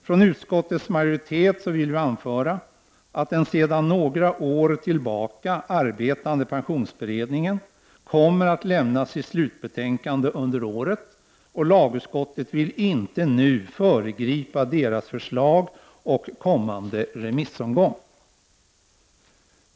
Från utskottets majoritet vill vi anföra att den sedan några år tillbaka arbetande pensionsberedningen kommer att lämna sitt slutbetänkande under året och att vi nu inte vill föregripa dess förslag och kommande remissomgång.